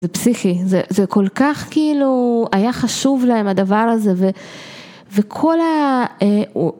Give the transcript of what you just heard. זה פסיכי זה כל כך כאילו היה חשוב להם הדבר הזה וכל ה.